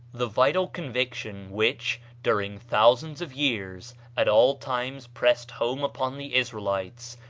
the vital conviction which, during thousands of years, at all times pressed home upon the israelites,